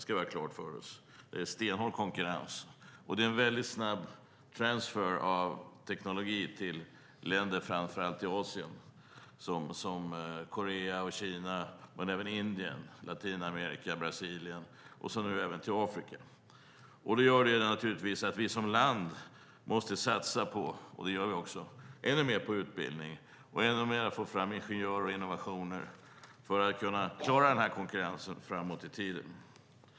Konkurrensen är stenhård. Det sker en snabb transfer av teknik till länder i framför allt Asien, till exempel Korea och Kina, men även till Indien, Latinamerika, Brasilien och nu även till Afrika. Sverige som land måste satsa ännu mer på utbildning, att få fram ingenjörer och innovationer för att klara konkurrensen framåt i tiden.